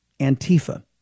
Antifa